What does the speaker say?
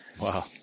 Wow